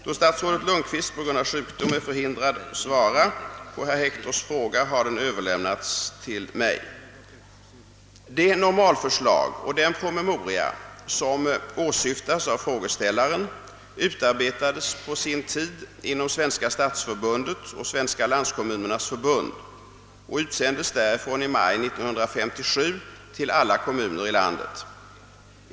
Då statsrådet Lundkvist på grund av sjukdom är förhindrad att svara på herr Hectors fråga har den överlämnats till mig. Det normalförslag och den promemoria som åsyftas av frågeställaren utarbetades på sin tid inom Svenska stadsförbundet och Svenska landskommunernas förbund och utsändes därifrån i maj 1957 till alla kommuner i landet.